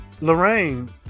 Lorraine